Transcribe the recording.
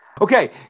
Okay